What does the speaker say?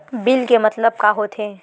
Bill के मतलब का होथे?